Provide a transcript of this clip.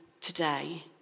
today